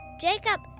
Jacob